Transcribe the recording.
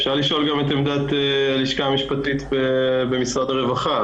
אפשר לשאול גם את עמדת הלשכה המשפטית במשרד הרווחה,